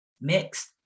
mixed